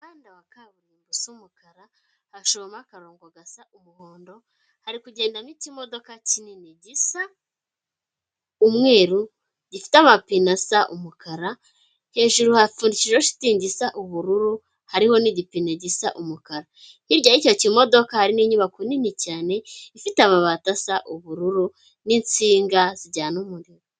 Umuhanda wa kaburimbo usa umukara, hashoyemo akarongo gasa umuhondo hari kugenda ikimodoka kinini gisa umweru gifite amapien asa umukara hejuru hapfundikijeho igishitingi gisa ubururu hariho n'igipe gisa umukara, hirya y'icyo kimodoka hari n'inyubako nini cyane ifite amabati asa ubururu n'insinga zijyana umuriro.